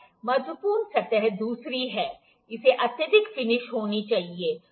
महत्वपूर्ण सतह दूसरी है इसे अत्यधिक फिनिश होना होगा